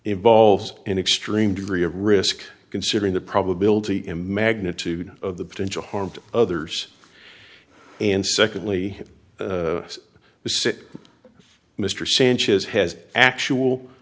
involves an extreme degree of risk considering the probability in magnitude of the potential harm to others and secondly the sick mr sanchez has actual